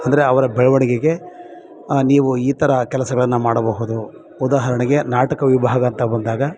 ಅಂದರೆ ಅವರ ಬೆಳವಣಿಗೆಗೆ ನೀವು ಈ ಥರ ಕೆಲಸಗಳನ್ನು ಮಾಡಬಹುದು ಉದಾಹರಣೆಗೆ ನಾಟಕ ವಿಭಾಗ ಅಂತ ಬಂದಾಗ